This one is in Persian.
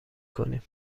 کنیم